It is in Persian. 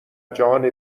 جهان